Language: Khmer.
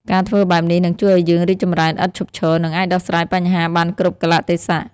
ការធ្វើបែបនេះ នឹងជួយឲ្យយើងរីកចម្រើនឥតឈប់ឈរ និងអាចដោះស្រាយបញ្ហាបានគ្រប់កាលៈទេសៈ។